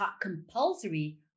compulsory